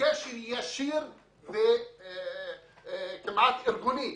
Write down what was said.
בקשר ישיר וכמעט ארגוני.